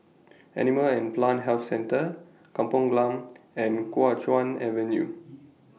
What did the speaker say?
Animal and Plant Health Centre Kampong Glam and Kuo Chuan Avenue